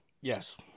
Yes